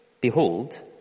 Behold